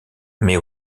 mais